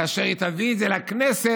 כאשר היא תביא את זה לכנסת